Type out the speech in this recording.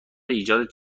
ایجاد